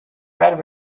red